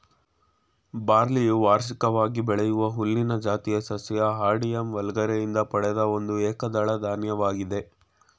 ಬಾರ್ಲಿಯು ವಾರ್ಷಿಕವಾಗಿ ಬೆಳೆಯುವ ಹುಲ್ಲಿನ ಜಾತಿಯ ಸಸ್ಯ ಹಾರ್ಡಿಯಮ್ ವಲ್ಗರೆ ಯಿಂದ ಪಡೆದ ಒಂದು ಏಕದಳ ಧಾನ್ಯವಾಗಿದೆ